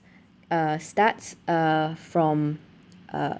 uh starts uh from uh